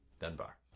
Dunbar